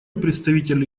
представителя